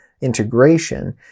integration